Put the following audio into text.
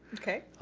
okay.